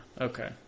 okay